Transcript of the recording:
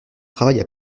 travaille